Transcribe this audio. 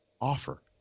offer